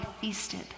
feasted